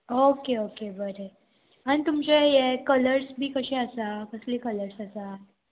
okay okay बरें आनी तुमचे हे कलर्स बी कशें आसा कसले कलर्स आसा